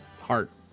heart